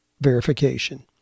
verification